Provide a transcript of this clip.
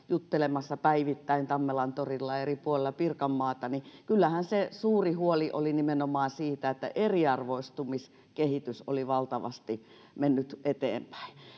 juttelemassa päivittäin tammelantorilla ja eri puolilla pirkanmaata että kyllähän se suuri huoli oli nimenomaan siitä että eriarvoistumiskehitys oli valtavasti mennyt eteenpäin